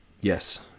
Yes